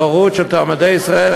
הבערות של תלמידי ישראל,